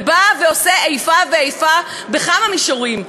ובא ועושה איפה ואיפה בכמה מישורים.